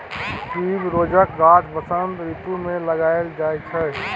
ट्युबरोजक गाछ बसंत रितु मे लगाएल जाइ छै